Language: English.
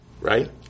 right